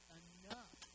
enough